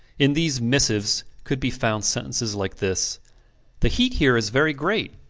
in these missives could be found sentences like this the heat here is very great.